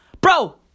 Bro